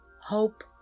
Hope